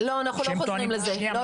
שהם טוענים --- לא,